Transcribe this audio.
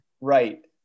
Right